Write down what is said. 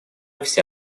все